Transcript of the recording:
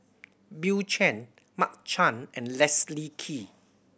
Bill Chen Mark Chan and Leslie Kee